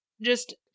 just-